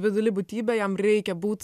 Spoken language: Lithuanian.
individuali būtybė jam reikia būt